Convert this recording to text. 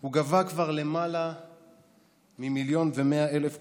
הוא גבה כבר למעלה מ-1.1 מיליון קורבנות,